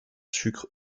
sucres